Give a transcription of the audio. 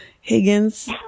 Higgins